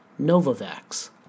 Novavax